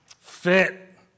fit